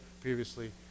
previously